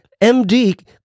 MD